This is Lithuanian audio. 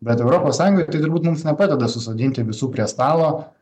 bet europos sąjungoj tai turbūt mums nepadeda susodinti visų prie stalo